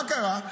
מה קרה?